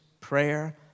prayer